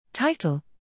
Title